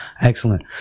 excellent